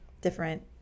different